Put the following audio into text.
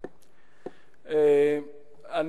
בבקשה.